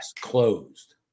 closed